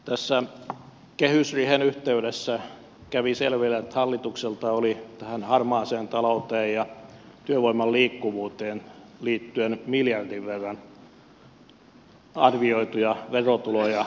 tässä kehysriihen yhteydessä kävi selville että hallitukselta oli tähän harmaaseen talouteen ja työvoiman liikkuvuuteen liittyen miljardin verran arvioituja verotuloja hukassa